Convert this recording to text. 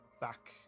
back